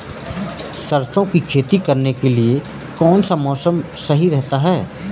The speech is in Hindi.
सरसों की खेती करने के लिए कौनसा मौसम सही रहता है?